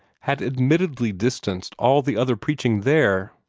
had admittedly distanced all the other preaching there.